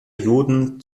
juden